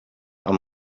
amb